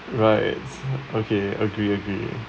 right okay agree agree